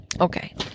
Okay